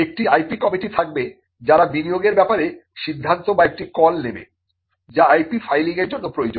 একটি IP committee থাকবে যারা বিনিয়োগের ব্যাপারে সিদ্ধান্ত বা একটা কল নেবে যা IP ফাইলিংয়ের জন্য প্রয়োজন